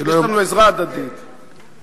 אין בעיה, שיתקן אותי אם הוא רוצה.